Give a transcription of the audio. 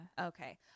Okay